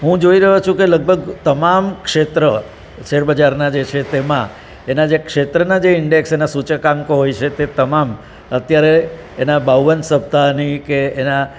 હું જોઈ રહ્યો છું કે લગભગ તમામ ક્ષેત્ર શેરબજારનાં જે છે તેમાં તેનાં જે ક્ષેત્રના જે ઈન્ડેક્સ અને સૂચકાંકો હોય છે તે તમામ અત્યારે એના બાવન સપ્તાહની કે એના